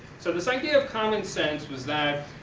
so, this idea of common sense was that,